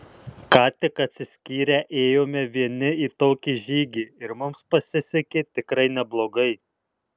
ką tik atsiskyrę ėjome vieni į tokį žygį ir mums pasisekė tikrai neblogai